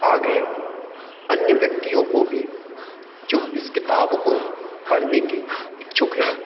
आगे अन्य व्यक्तियों को भी जो इस किताब को पढ़ने के इच्छुक हैं